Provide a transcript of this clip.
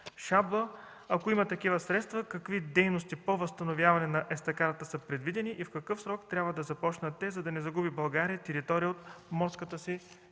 Шабла? Ако има такива средства, какви дейности по възстановяването на естакадата са предвидени и в какъв срок трябва да започнат те, за да не загуби България територия от морската си